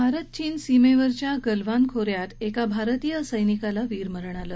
भारत चीन सीमेवरच्या गलवान खोऱ्यात एका भारतीय सैनिकाला वीरमरण आलं